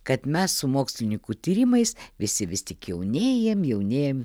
kad mes su mokslininkų tyrimais visi vis tik jaunėjam jaunėjam